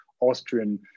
Austrian